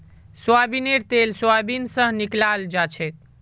सोयाबीनेर तेल सोयाबीन स निकलाल जाछेक